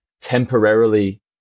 temporarily